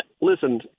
listen